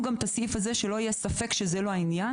גם את הסעיף הזה כדי שלא יהיה ספק שזה לא העניין.